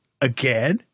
Again